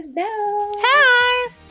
Hi